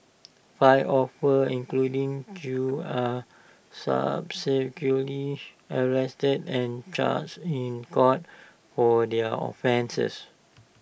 five officers including chew are subsequently arrested and charged in court for their offences